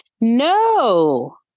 No